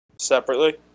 Separately